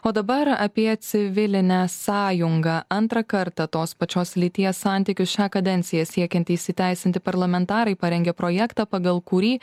o dabar apie civilinę sąjungą antrą kartą tos pačios lyties santykius šią kadenciją siekiantys įteisinti parlamentarai parengė projektą pagal kurį